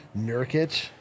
Nurkic